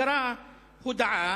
קרא הודעה,